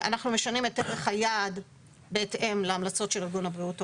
אנחנו משנים את ערך היעד בהתאם להמלצות של ארגון הבריאות העולמי.